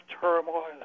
turmoil